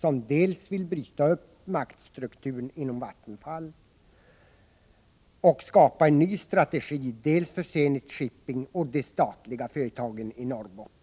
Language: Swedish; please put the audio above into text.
som dels vill bryta upp maktstrukturen inom Vattenfall, dels skapa en ny strategi för Zenit Shipping och de statliga företagen i Norrbotten.